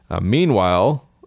Meanwhile